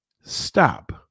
stop